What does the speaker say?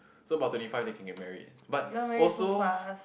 so about twenty five they can get married but also